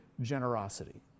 generosity